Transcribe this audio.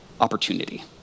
opportunity